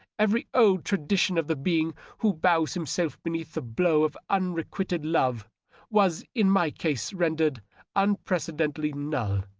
every old tradition of the being who bows himself beneath the blow of unrequited love was in my case rendered unprecedentedly null.